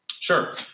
Sure